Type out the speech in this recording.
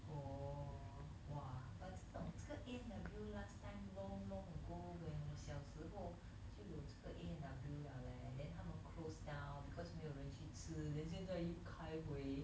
orh !wah! but 这种这个 A&W last time long long ago when 我小时候就有这个 A&W liao leh then 他们 closed down because 没有人去吃 then 现在又开回